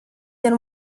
than